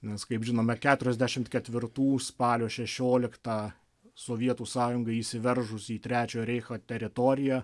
nes kaip žinome keturiasdešimt ketvirtų spalio šešioliktą sovietų sąjungai įsiveržus į trečiojo reicho teritoriją